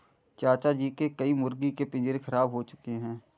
चाचा जी के कई मुर्गी के पिंजरे खराब हो चुके हैं